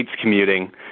commuting